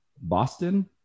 boston